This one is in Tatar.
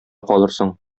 калырсың